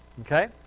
Okay